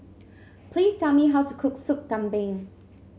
please tell me how to cook Soup Kambing